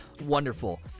wonderful